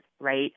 right